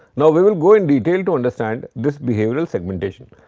now, we will go in detail to understand this behavioral segmentation.